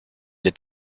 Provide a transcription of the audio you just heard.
est